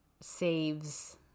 saves